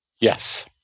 yes